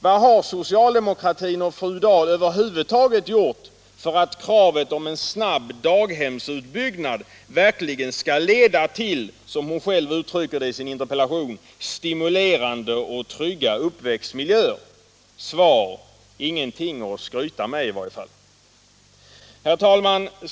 Vad har socialdemokratin och fru Dahl över huvud taget gjort för att kravet på en snabb daghemsutbyggnad verkligen skall leda till — som fru Dahl själv uttrycker det i sin interpellation -”stimulerande och trygga uppväxtvillkor”? Svar: Ingenting att skryta med i varje fall. Herr talman!